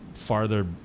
farther